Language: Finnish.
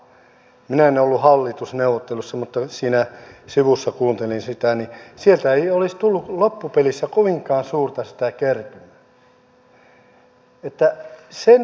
minä en ollut hallitusneuvotteluissa mutta kun siinä sivussa kuuntelin sitä niin sieltä ei olisi tullut loppupelissä kovinkaan suurta sitä kertymää